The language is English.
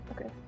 okay